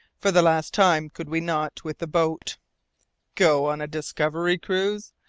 for the last time. could we not, with the boat go on a discovery cruise?